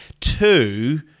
Two